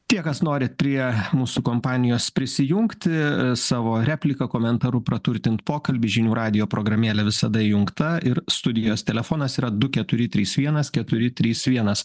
tie kas norit prie mūsų kompanijos prisijungti savo replika komentaru praturtint pokalbį žinių radijo programėlė visada įjungta ir studijos telefonas yra du keturi trys vienas keturi trys vienas